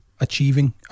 achieving